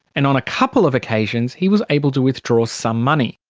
and on a couple of occasions he was able to withdraw some money.